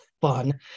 fun